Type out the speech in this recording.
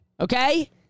Okay